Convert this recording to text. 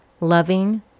loving